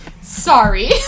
sorry